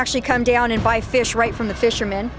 actually come down and buy fish right from the fisherm